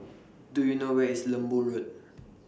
Do YOU know Where IS Lembu Road